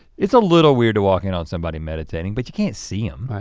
it's a little weird to walk in on somebody meditating but you can't see em.